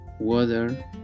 water